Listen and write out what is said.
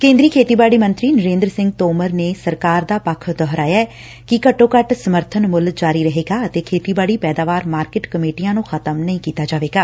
ਕੇ'ਦਰੀ ਖੇਤੀਬਾੜੀ ਮੰਤਰੀ ਨਰੇ'ਦਰ ਸਿੰਘ ਤੋਮਰ ਨੇ ਸਰਕਾਰ ਦਾ ਪੱਖ ਦੋਹਰਾਇਐ ਕਿ ਘੱਟੋ ਘੱਟ ਸਮਰਬਨ ਮੁੱਲ ਜਾਰੀ ਰਹੇਗਾ ਅਤੇ ਖੇਤੀਬਾੜੀ ਪੈਦਾਵਾਰ ਮਾਰਕਿਟ ਕਮੇਟੀਆਂ ਨੂੰ ਖ਼ਤਮ ਨਹੀਂ ਕੀਤਾ ਜਾਵੇਗਾ